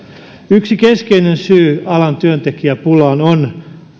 yksi keskeinen syy alan työntekijäpulaan on